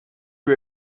you